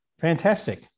Fantastic